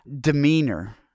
demeanor